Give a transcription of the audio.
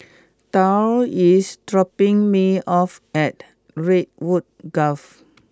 Dorr is dropping me off at Redwood Grove